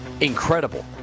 incredible